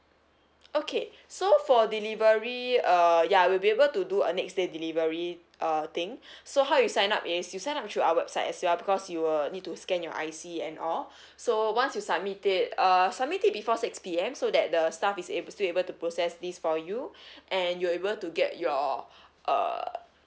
okay so for delivery uh ya we'll be able to do a next day delivery uh thing so how you sign up is you sign up through our website as well because you will need to scan your I_C and all so once you submit it uh submit it before six P_M so that the staff is ab~ still able to process this for you and you'll able to get your uh